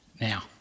now